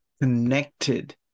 connected